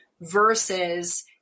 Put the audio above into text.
versus